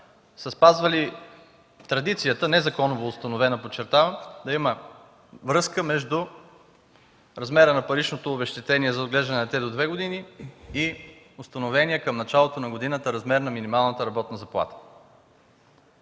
са спазвали традицията, незаконово установена, подчертавам, да има връзка между размера на паричното обезщетение за отглеждане на дете до 2 години и установения към началото на годината размер на минималната работна заплата.